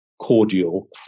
cordial